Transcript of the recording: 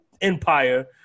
empire